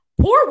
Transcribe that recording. poor